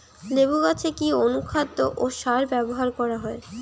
লেবু গাছে কি অনুখাদ্য ও সার ব্যবহার করা হয়?